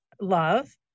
love